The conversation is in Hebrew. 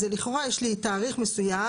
אז לכאורה יש לי תאריך מסוים,